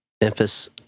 Memphis